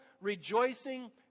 rejoicing